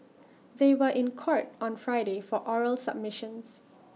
they were in court on Friday for oral submissions